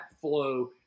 flow